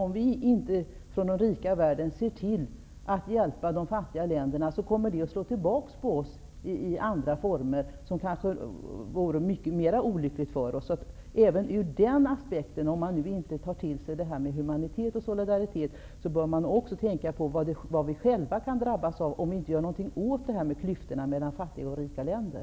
Om vi i den rika världen inte ser till att hjälpa de fattiga länderna, kommer det att slå tillbaka på oss i andra former, något som kanske vore mycket mer olyckligt för oss. Även om man inte tar till sig detta med humanitet och solidaritet, borde man tänka på vad vi själva kan drabbas av om vi inte gör någonting åt klyftorna mellan fattiga och rika länder.